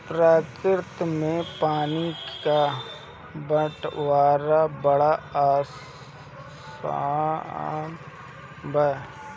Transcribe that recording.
प्रकृति में पानी क बंटवारा बड़ा असमान बा